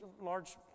large